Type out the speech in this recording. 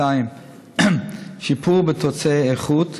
2. שיפור בתוצאי איכות,